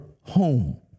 home